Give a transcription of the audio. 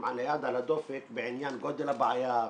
עם היד על הדופק בעניין גודל הבעיה,